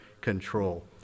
control